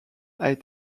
avait